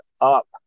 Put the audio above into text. up